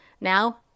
Now